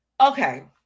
Okay